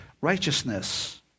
righteousness